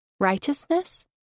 Righteousness